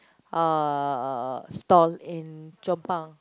uh stall in Chong Pang